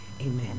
Amen